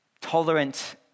tolerant